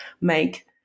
make